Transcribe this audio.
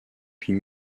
puis